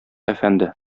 әфәнде